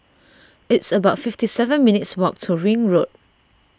it's about fifty seven minutes' walk to Ring Road